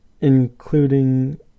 including